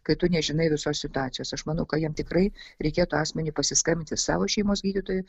kai tu nežinai visos situacijos aš manau kad jam tikrai reikėtų asmeniui pasiskambinti savo šeimos gydytojui